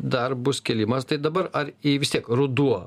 dar bus kėlimas tai dabar ar į vis tiek ruduo